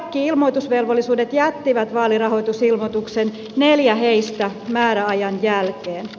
kaikki ilmoitusvelvolliset jättivät vaalirahoitusilmoituksen neljä heistä määräajan jälkeen